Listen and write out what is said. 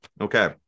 Okay